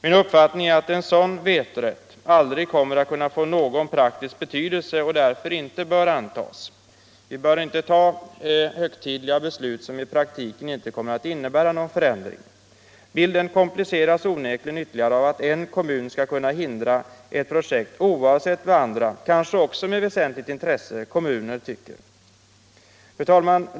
Min uppfattning är att en sådan vetorätt aldrig kommer att kunna få någon praktisk betydelse och därför inte bör antas. Vi bör inte fatta högtidliga beslut som i praktiken inte kommer att innebära någon förändring. Bilden kompliceras onekligen av att en kommun skall kunna hindra ett projekt oavsett vad andra kommuner — kanske också med väsentligt intresse — tycker. Fru talman!